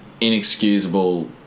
inexcusable